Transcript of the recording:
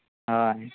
ᱦᱳᱭ